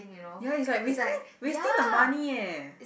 ya is like wasting wasting the money eh